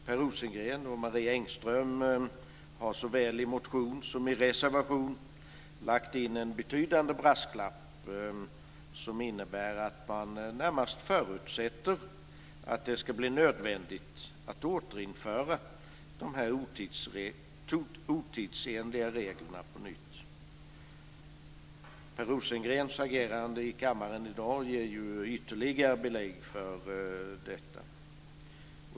Per Rosengren och Marie Engström har såväl i motion som i reservation lagt in en betydande brasklapp som innebär att de närmast förutsätter att det ska bli nödvändigt att återinföra de här otidsenliga reglerna på nytt. Per Rosengrens agerande i kammaren i dag ger ytterligare belägg för detta.